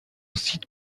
site